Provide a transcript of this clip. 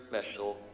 special